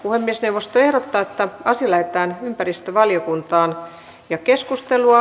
puhemiesneuvosto ehdottaa että asia lähetetään ympäristövaliokuntaan ja keskustelua